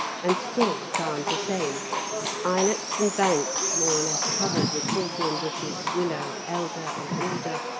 and still found the same islets and banks, more or less covered with hawthorn bushes, willow, elder, and alder,